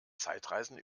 zeitreisen